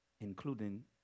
including